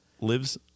lives